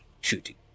shooting